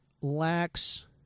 lacks